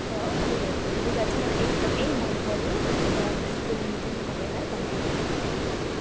र तपाईँहरूको लुगा चाहिँ मलाई एकदमै मन पऱ्यो र त्यसको निम्ति म तपाईँहरूलाई धन्यवाद भन्न चाहन्छु